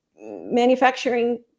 manufacturing